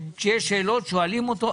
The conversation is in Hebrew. כשיש שאלות שואלים אותו.